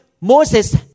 Moses